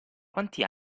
quanti